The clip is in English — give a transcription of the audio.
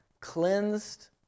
cleansed